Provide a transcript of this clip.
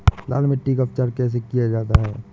लाल मिट्टी का उपचार कैसे किया जाता है?